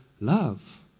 love